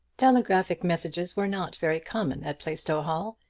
telegraphic messages were not very common at plaistow hall,